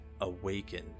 awakened